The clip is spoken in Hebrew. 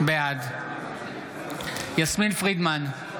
בעד יסמין פרידמן,